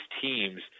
teams